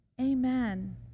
Amen